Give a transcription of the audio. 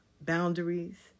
boundaries